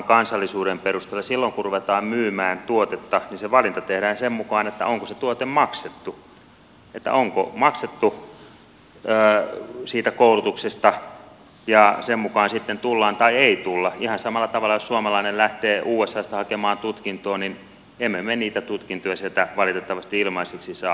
silloin kun ruvetaan myymään tuotetta niin se valinta tehdään sen mukaan onko se tuote maksettu onko maksettu siitä koulutuksesta ja sen mukaan sitten tullaan tai ei tulla ihan samalla tavalla kuin jos suomalainen lähtee usasta hakemaan tutkintoa emme me niitä tutkintoja sieltä valitettavasti ilmaiseksi saa